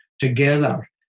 together